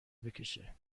بکشه